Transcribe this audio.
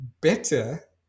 better